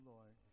Lord